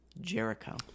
Jericho